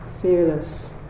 Fearless